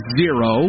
zero